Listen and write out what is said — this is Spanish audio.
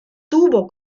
tuvo